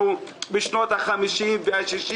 למה זה חשוב?